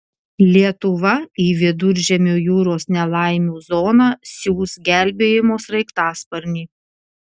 lietuva į viduržemio jūros nelaimių zoną siųs gelbėjimo sraigtasparnį